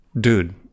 dude